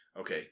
Okay